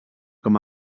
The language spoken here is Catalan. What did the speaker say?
com